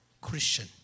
Christian